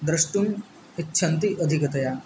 द्रष्टुम् इच्छन्ति अधिकतया